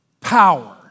power